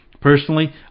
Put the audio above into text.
Personally